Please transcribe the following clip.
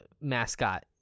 mascot